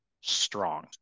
strong